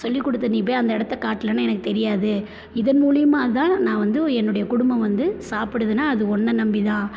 சொல்லிக் கொடுத்த நீ போய் அந்த இடத்த காட்டலன்னா எனக்கு தெரியாது இதன் மூலிமா தான் நான் வந்து என்னுடைய குடும்பம் வந்து சாப்பிடுதுன்னா அது ஒன்னை நம்பி தான்